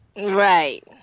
Right